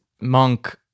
monk